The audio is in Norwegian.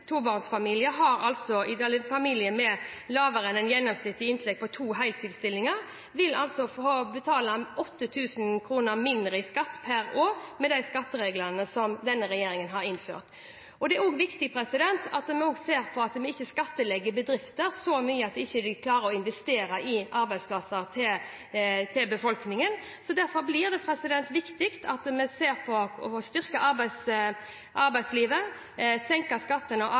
familie med en gjennomsnittlig inntekt fra to heltidsstillinger vil betale 8 000 kr mindre i skatt per år med de skattereglene som denne regjeringen har innført. Det er også viktig at vi nå ikke skattlegger bedrifter så mye at de ikke klarer å investere i arbeidsplasser til befolkningen. Derfor er det viktig at vi styrker arbeidslivet, senker skattene og